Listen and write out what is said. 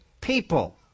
people